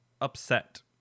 upset